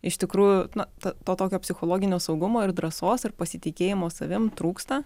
iš tikrųjų na ta to tokio psichologinio saugumo ir drąsos ir pasitikėjimo savim trūksta